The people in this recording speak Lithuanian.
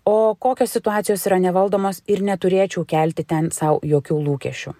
o kokios situacijos yra nevaldomos ir neturėčiau kelti ten sau jokių lūkesčių